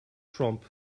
trump